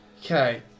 Okay